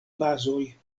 bazoj